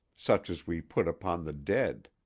such as we put upon the dead.